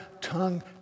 tongue